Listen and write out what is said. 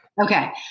Okay